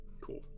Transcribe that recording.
Cool